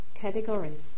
categories